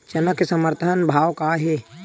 चना के समर्थन भाव का हे?